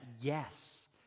yes